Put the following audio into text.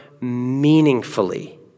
meaningfully